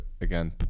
again